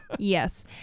Yes